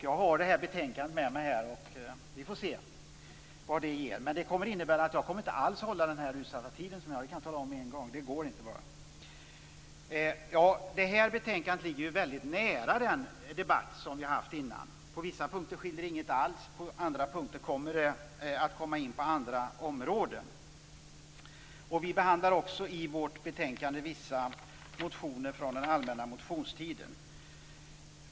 Jag har med mig betänkandet, och vi får se vad det ger. Men det kommer att innebära att jag inte kommer att kunna hålla den utsatta tiden. Det går inte. Detta betänkande ligger nära den debatt som just har varit. På vissa punkter skiljer ingenting, på andra punkter kommer frågorna in på andra områden. Vi behandlar i vårt betänkande också vissa motioner från allmänna motionstiden.